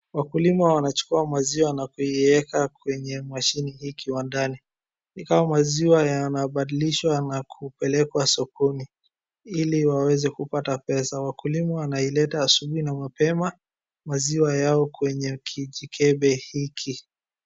Wakulima wanachukua maziwa na kuiweka kwenye mashine hii kiwandani, ingawa maziwa yanabadilishwa na kupelekwa sokoni ili waweze kupata pesa. Wakulima wanaileta asubuhi na mapema maziwa yao kwenye kijikebe hiki.